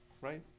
right